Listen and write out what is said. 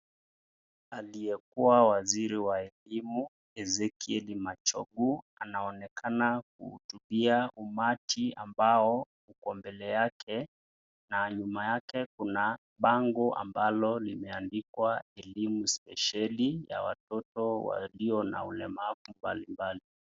Aliyekuwa waziri wa elimu, Ezekiel Machogu anaonekana kuhutubia umati ambao uko mbele yake.na nyuma yake kuna bango ambalo limeandikwa elimu spesheli ya watoto walio na ulemavu mbalimbali.